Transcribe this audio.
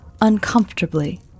uncomfortably